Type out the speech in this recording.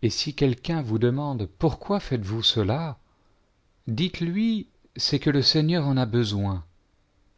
et si quelqu'un vous demande pourquoi faites vous cela dites-lui c'est que le seigneur en a besoin